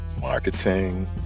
Marketing